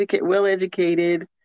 well-educated